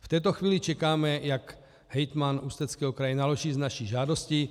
V této chvíli čekáme, jak hejtman Ústeckého kraje naloží s naší žádostí.